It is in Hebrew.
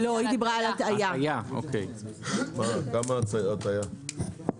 סופר שלא יציג בכלל